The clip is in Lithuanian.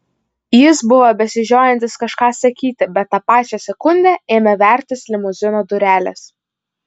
jis buvo besižiojantis kažką sakyti bet tą pačią sekundę ėmė vertis limuzino durelės